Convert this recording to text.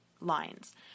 lines